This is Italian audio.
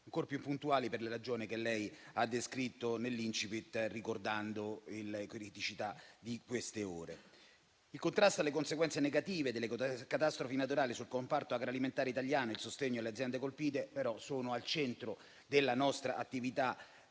ancor più puntuali per le ragioni che lei ha descritto nell'*incipit,* ricordando le criticità di queste ore. Il contrasto alle conseguenze negative delle catastrofi naturali sul comparto agroalimentare italiano e il sostegno alle aziende colpite sono al centro della nostra attività